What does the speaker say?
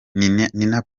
nina